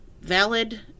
valid